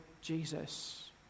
Jesus